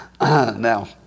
Now